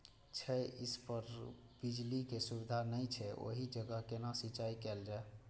छै इस पर बिजली के सुविधा नहिं छै ओहि जगह केना सिंचाई कायल जाय?